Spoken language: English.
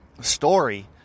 story